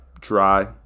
dry